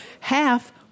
Half